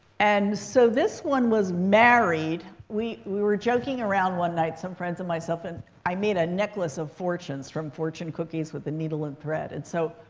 and so, this one was married. we we were joking around one night, some friends and myself. and i made a necklace of fortunes from fortune cookies, with a needle and thread. and so,